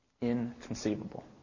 Inconceivable